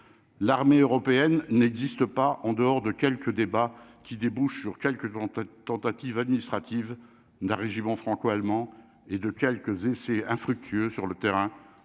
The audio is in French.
l'armée européenne n'existe pas en dehors de quelques débats qui débouche sur quelques dans ta tentative administrative d'un régiment franco-allemand et de quelques essais infructueux sur le terrain,